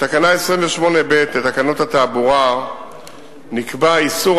בתקנה 28(ב) לתקנות התעבורה נקבע איסור